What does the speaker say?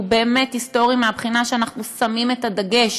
הוא באמת היסטורי מהבחינה שאנחנו שמים את הדגש